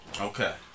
Okay